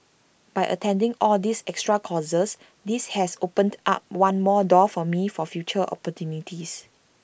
by attending all these extra courses this has opened up one more door for me for future opportunities